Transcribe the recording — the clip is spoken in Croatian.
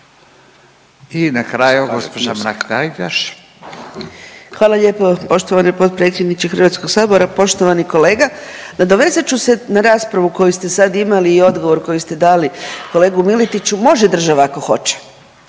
Anka (GLAS)** Hvala lijepo poštovani potpredsjedniče Hrvatskog sabora. Poštovani kolega nadovezat ću se na raspravu koju ste sad imali i odgovor koji ste dali kolegi Miletiću, može država ako hoće.